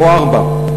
או ארבע.